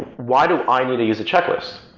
why do i need to use a checklist?